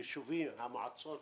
היישובים, המועצות